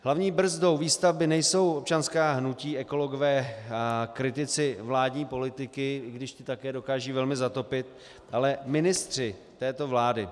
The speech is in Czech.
Hlavní brzdou výstavby nejsou občanská hnutí, ekologové a kritici vládní politiky, i když ti také dokážou velmi zatopit, ale ministři této vlády.